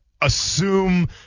assume